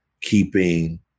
keeping